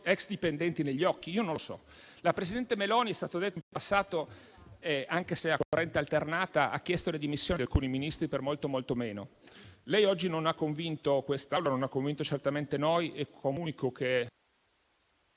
*ex* dipendenti negli occhi? Non lo so. La presidente Meloni, com'è stato detto, in passato, anche se a corrente alternata, ha chiesto le dimissioni di alcuni Ministri per molto, molto meno. Lei oggi non ha convinto l'Assemblea e non ha convinto certamente noi; comunico che